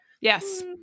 Yes